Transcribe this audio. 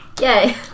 Yay